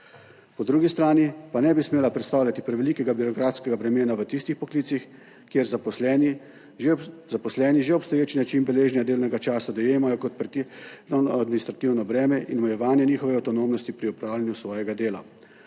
Po drugi strani pa ne bi smela predstavljati prevelikega birokratskega bremena v tistih poklicih, kjer zaposleni že obstoječi način beleženja delovnega časa dojemajo kot administrativno breme in omejevanje njihove avtonomnosti pri opravljanju svojega dela.